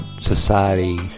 society